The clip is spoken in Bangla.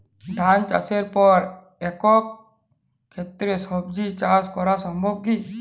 ধান চাষের পর একই ক্ষেতে সবজি চাষ করা সম্ভব কি?